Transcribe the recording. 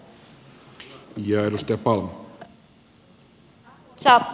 arvoisa puhemies